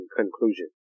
conclusion